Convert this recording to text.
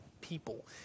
people